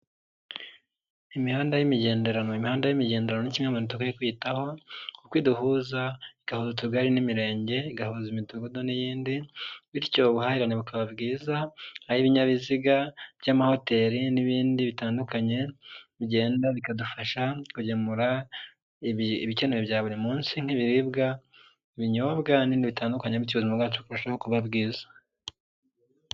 Imihanda y'imigenderano. Imihanda y'imigenderano ni kimwe mu bintu dukwiye kwitaho, kuko iduhuza, igahuza utugari n'imirenge, igahuza imidugudu n'iyindi, bityo ubuhahirane bukaba bwiza, aho ibinyabiziga by'amahoteli n'ibindi bitandukanye bigenda bikadufasha kugemura ibikenewe bya buri munsi nk'ibiribwa, ibinyobwa n'ibindi bitandukanye bityo ubuzima bwacu bukarushaho kuba bwiza.